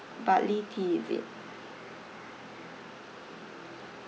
barley tea is it